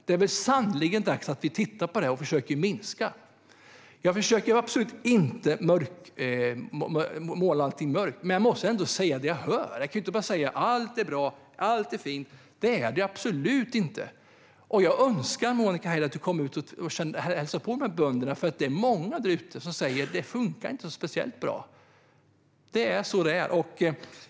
Det är väl sannerligen dags att vi tittar på detta och försöker att minska regelkrånglet? Jag försöker absolut inte att måla allting mörkt, men jag måste ändå säga det jag hör. Jag kan ju inte bara säga att allt är bra, för det är det absolut inte. Jag önskar, Monica Haider, att du kom ut och hälsade på dessa bönder. Det är många där ute som säger att det inte funkar speciellt bra. Det är så det är.